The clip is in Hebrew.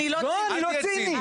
אני לא ציני.